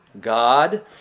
God